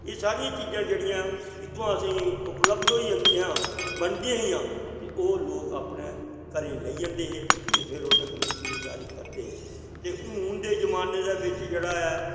एह् सारियां चीजां जेह्ड़ियां इत्थुआं असें उपलबध होई जंदियां बनदियां हियां ते ओह् लोक अपनै घरें लेई जंदे हे ते फिर ओह्दै कन्नै जिमिदारी करदे हे ते हून दे जमाने दे बिच्च जेह्ड़ा ऐ